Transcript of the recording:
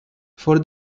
for